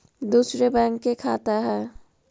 दुसरे बैंक के खाता हैं?